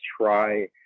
try